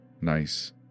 Nice